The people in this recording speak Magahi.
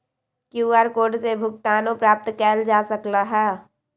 क्यूआर कोड से भुगतानो प्राप्त कएल जा सकल ह